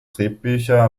drehbücher